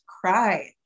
cry